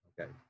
Okay